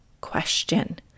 question